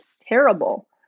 terrible